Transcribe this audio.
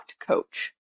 coach